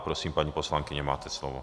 Prosím, paní poslankyně, máte slovo.